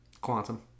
Quantum